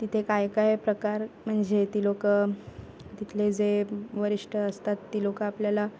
तिथे काय काय प्रकार म्हणजे ती लोकं तिथले जे वरिष्ठ असतात ती लोकं आपल्याला